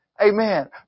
amen